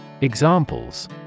Examples